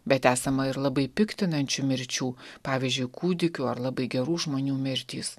bet esama ir labai piktinančių mirčių pavyzdžiui kūdikių ar labai gerų žmonių mirtys